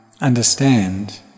understand